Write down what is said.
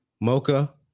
Mocha